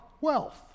wealth